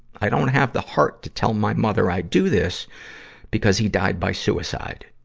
i don't have the heart to tell my mother i do this because he died by suicide.